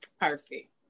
perfect